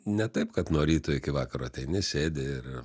ne taip kad nuo ryto iki vakaro nesėdi ir